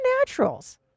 naturals